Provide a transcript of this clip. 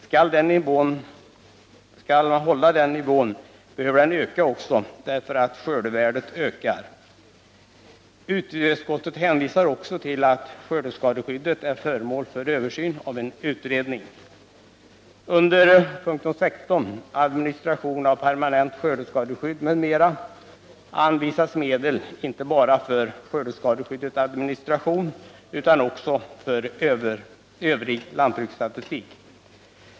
Skall den nivån hållas behöver fonden öka eftersom skördevärdet ökar. Utskottet hänvisar också till att skördeskadeskyddet är föremål för översyn av en utredning. Under punkten 16, Administration av permanent skördeskadeskydd m.m., föreslås att medel anvisas inte bara till skördeskadeskyddets administration utan också till övrig lantbruksstatistik.